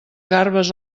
garbes